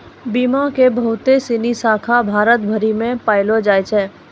बीमा के बहुते सिनी शाखा भारत भरि मे पायलो जाय छै